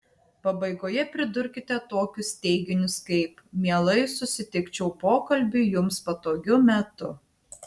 pabaigoje pridurkite tokius teiginius kaip mielai susitikčiau pokalbiui jums patogiu metu